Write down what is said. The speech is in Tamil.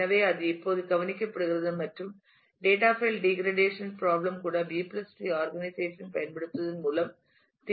எனவே அது இப்போது கவனிக்கப்படுகிறது மற்றும் டேட்டா பைல் டீகிரடேசன் ப்ராப்ளம் கூட B tree B tree organisation பயன்படுத்துவதன் மூலம் தீர்க்க முடியும்